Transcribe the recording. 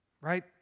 Right